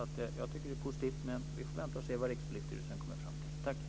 Jag tycker att det är positivt, men vi får vänta och se vad Rikspolisstyrelsen kommer fram till. Tack!